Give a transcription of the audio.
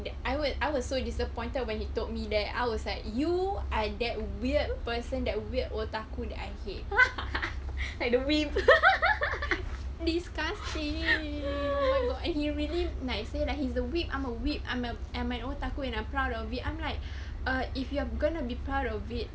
that I were I were so disappointed when he told me that I was like you are that weird person that weird otaku that I hate like the wimp disgusting oh my god and he really how to say like he's the week I'm a wimp I'm am an otaku and I'm proud of it I'm like err if you are gonna be proud of it